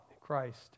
Christ